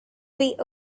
way